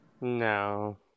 No